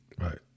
Right